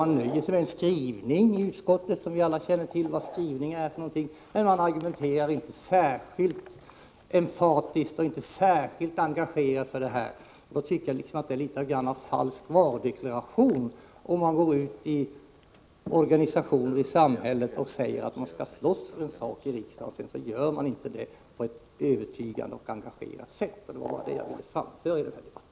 Man nöjer sig med en skrivning i utskottet — och vi känner alla till vad en skrivning är för någonting. Men man argumenterar inte särskilt emfatiskt och engagerat för detta. Då tycker jag att det är litet av falsk varudeklaration — om man går ut i organisationer i samhället och säger att man skall slåss för en sak och sedan inte gör det på ett övertygande och engagerat sätt. Det var bara det jag ville framhålla i den här debatten.